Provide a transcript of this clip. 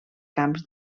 camps